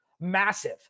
massive